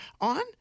on